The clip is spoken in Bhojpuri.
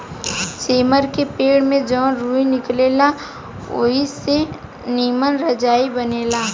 सेमर के पेड़ से जवन रूई निकलेला ओई से निमन रजाई बनेला